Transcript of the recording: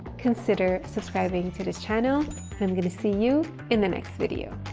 consider subscribing to this channel, and i'm going to see you in the next video.